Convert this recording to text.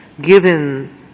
given